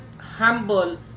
humble